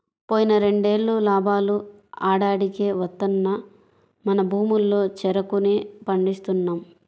పోయిన రెండేళ్ళు లాభాలు ఆడాడికే వత్తన్నా మన భూముల్లో చెరుకునే పండిస్తున్నాం